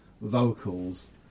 vocals